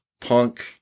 Punk